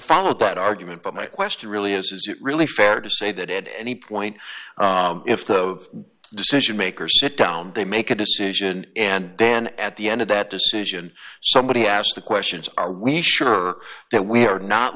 followed that argument but my question really is is it really fair to say that at any point if the decision makers sit down they make a decision and then at the end of that decision somebody asked the questions are we sure that we are not